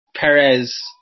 Perez